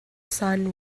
son